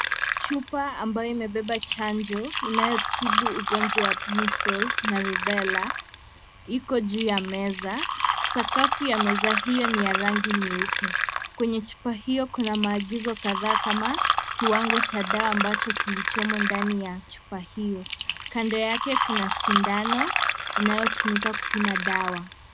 Chupa ambayo imebeba chanjo inayotibu ugonjwa wa measles na reubella iko juu ya meza , sakafu ya meza hiyo ni ya rangi nyeupe . Kwenye chupa hiyo kuna maaagizo kadhaa kama kiwango cha dawa ambacho kilichomo ndani ya chupa hiyo . Kando yake kuna sindano ianyotumika kupima dawa .